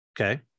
Okay